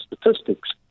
statistics